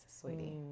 sweetie